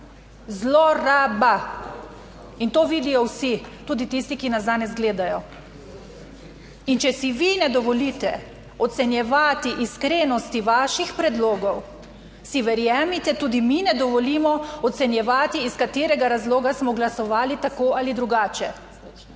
Zloraba in to vidijo vsi, tudi tisti, ki nas danes gledajo. In če si vi ne dovolite ocenjevati iskrenosti vaših predlogov, si verjemite, tudi mi ne dovolimo ocenjevati, iz katerega razloga smo glasovali, tako ali drugače. Nihče